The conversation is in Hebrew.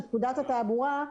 של פקודת התעבורה,